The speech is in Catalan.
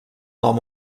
nom